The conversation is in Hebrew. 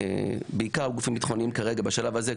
בעיקר גופים ביטחוניים כרגע בשלב הזה,